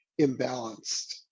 imbalanced